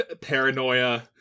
paranoia